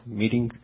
meeting